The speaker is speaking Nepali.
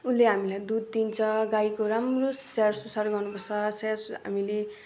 उसले हामीलाई दुध दिन्छ गाईको राम्रो स्याहारसुसार गर्नुपर्छ स्याहार सु हामीले